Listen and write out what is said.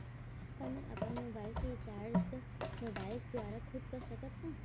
का मैं अपन मोबाइल के रिचार्ज मोबाइल दुवारा खुद कर सकत हव?